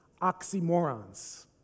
oxymorons